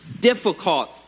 difficult